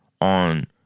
on